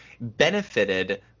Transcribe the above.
benefited